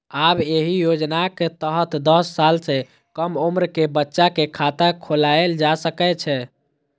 आब एहि योजनाक तहत दस साल सं कम उम्र के बच्चा के खाता खोलाएल जा सकै छै